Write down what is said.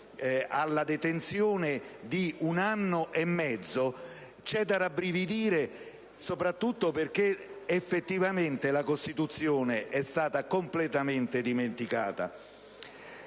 alla detenzione di un anno e mezzo, c'è da rabbrividire, soprattutto perché la Costituzione è stata completamento dimenticata.